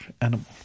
animal